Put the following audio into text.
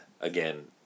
Again